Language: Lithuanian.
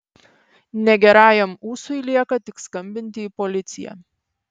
negerajam ūsui lieka tik skambinti į policiją